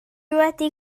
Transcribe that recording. wedi